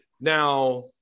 Now